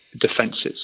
defences